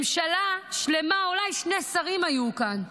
ממשלה שלמה, אולי שני שרים היו כאן,